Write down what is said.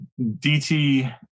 DT